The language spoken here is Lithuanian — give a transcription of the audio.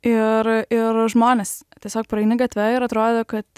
ir ir žmonės tiesiog praeini gatve ir atrodo kad